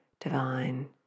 divine